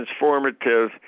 transformative